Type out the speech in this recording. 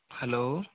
hello